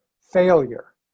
failure